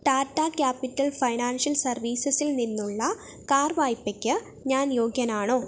Tata capital financial സർവീസസിൽ നിന്നുള്ള car വായ്പയ്ക്ക് ഞാൻ യോഗ്യനാണോ